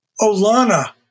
Olana